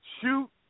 shoot